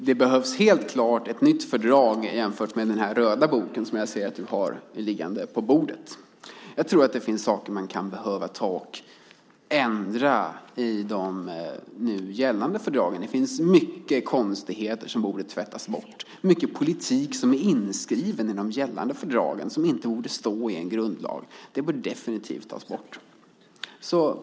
Fru talman! Helt klart behövs ett nytt fördrag jämfört med den röda bok som jag ser att Ingvar Svensson har liggande på bordet. Jag tror att det finns saker man kan behöva ändra i de nu gällande fördragen. Där finns mycket konstigheter som borde tvättas bort. Det finns mycket politik inskriven i de gällande fördragen, sådant som inte borde stå i en grundlag. Det bör definitivt tas bort.